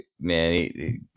man